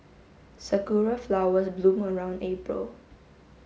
sakura flowers bloom around April